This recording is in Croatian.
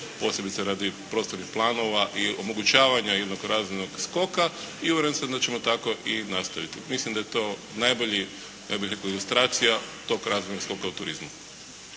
posebice radi prostornih planova i omogućavanja jednog razumnog skoka i uvjeren sam da ćemo tako i nastaviti. Mislim da je to najbolji ja bih rekao ilustracija tog razvojnog skoka u turizmu.